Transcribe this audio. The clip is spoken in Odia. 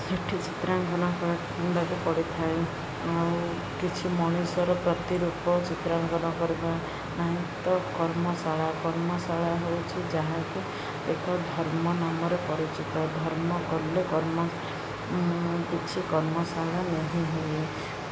ସେଠି ଚିତ୍ରାଙ୍କନ କରିବାକୁ ପଡ଼ିଥାଏ ଆଉ କିଛି ମଣିଷର ପ୍ରତିରୂପ ଚିତ୍ରାଙ୍କନ କରିବା ନାହିଁ ତ କର୍ମଶାଳା କର୍ମଶାଳା ହେଉଛି ଯାହାକି ଏକ ଧର୍ମ ନାମରେ ପରିଚିତ ଧର୍ମ କଲେ କର୍ମ କିଛି କର୍ମଶାଳା ନେଇ ହୁଏ